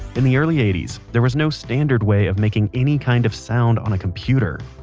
in the early eighty s, there was no standard way of making any kind of sound on a computer.